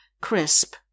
crisp